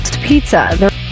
pizza